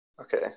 Okay